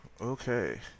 okay